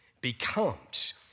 becomes